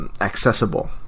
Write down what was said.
accessible